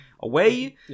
away